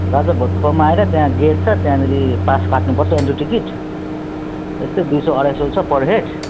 राजाभातखवामा आएर त्यहाँ गेट छ त्यहाँनेरि पास काट्नुपर्छ इन्ट्री टिकट त्यस्तै दुई सय अढाई सय छ पर हेड